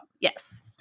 yes